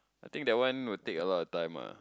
I think that will a lot of time ah